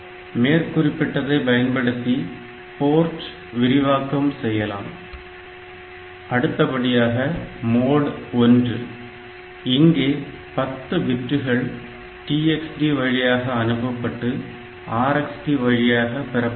மேற்குறிப்பிட்டதை பயன்படுத்தி போர்ட் விரிவாக்கம் செய்யலாம் அடுத்தபடியாக மோட் 1 இங்கே 10 பிட்டுகள் TxD வழியாக அனுப்பப்பட்டு RxD வழியாக பெறப்படுகிறது